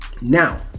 Now